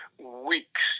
weeks